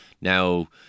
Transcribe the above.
now